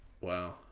wow